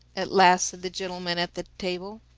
at last said the gentleman at the table.